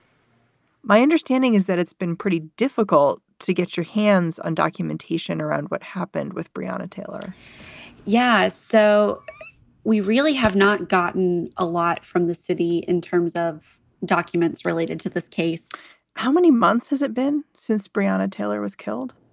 my understanding is that it's been pretty difficult to get your hands on documentation around what happened with briona taylor yes. yeah so we really have not gotten a lot from the city in terms of documents related to this case how many months has it been since brianna taylor was killed?